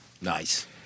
Nice